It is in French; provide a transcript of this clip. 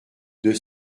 deux